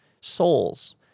souls